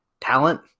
talent